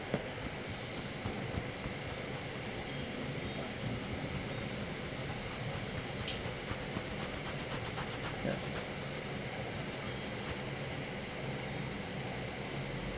ya